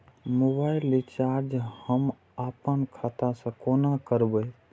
Mobile recharge हम आपन खाता से कोना करबै?